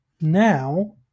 now